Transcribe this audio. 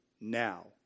now